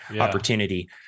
opportunity